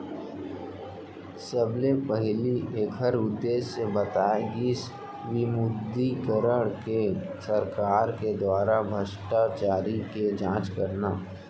सबले पहिली ऐखर उद्देश्य बताए गिस विमुद्रीकरन के सरकार के दुवारा भस्टाचारी के जाँच करना